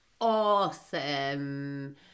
awesome